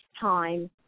time